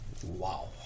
Wow